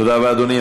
תודה רבה, אדוני.